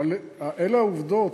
אבל אלה העובדות,